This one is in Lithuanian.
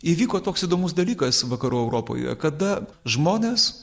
įvyko toks įdomus dalykas vakarų europoje kada žmonės